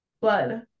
blood